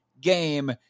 game